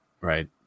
right